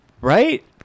right